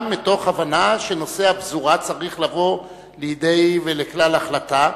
גם מתוך הבנה שנושא הפזורה צריך לבוא לידי ולכלל החלטה.